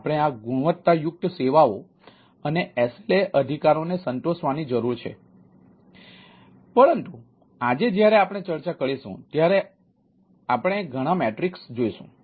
આપણે આ ગુણવત્તાયુક્ત સેવાઓ અને SLA અધિકારોને સંતોષવાની જરૂર છે પરંતુ આજે જ્યારે આપણે ચર્ચા કરીશું ત્યારે આપણે ઘણા મેટ્રિક્સ જોઈશું